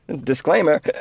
Disclaimer